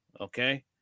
okay